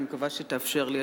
אני מקווה שתאפשר לי,